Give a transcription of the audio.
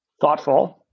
Thoughtful